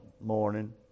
morning